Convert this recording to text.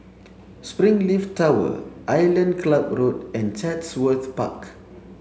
Springleaf Tower Island Club Road and Chatsworth Park